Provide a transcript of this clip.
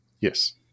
Yes